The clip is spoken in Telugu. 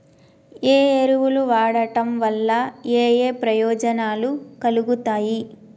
ఏ ఎరువులు వాడటం వల్ల ఏయే ప్రయోజనాలు కలుగుతయి?